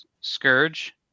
Scourge